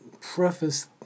preface